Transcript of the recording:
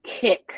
kick